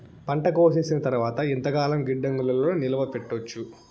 పంట కోసేసిన తర్వాత ఎంతకాలం గిడ్డంగులలో నిలువ పెట్టొచ్చు?